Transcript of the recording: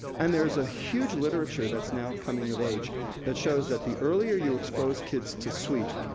and there's a huge literature that's now coming of age that shows that the earlier you expose kids to sweet,